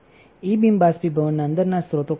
ઇ બીમ બાષ્પીભવનના અંદરના સ્ત્રોતો કયા છે